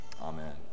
Amen